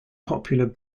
popular